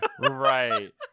right